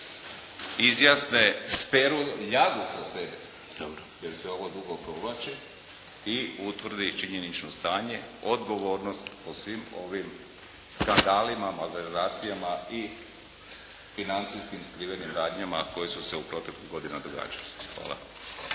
izjasne, speru ljagu sa sebe, jer se ovo dugo provlači i utvrdi činjenično stanje, odgovornost po svim ovim skandalima, malverzacijama i financijskim skrivenim radnjama koje su se u proteklu godinu događale. Hvala.